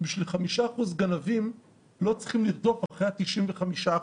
בשביל 5% גנבים לא צריכים לרדוף אחרי ה-95%.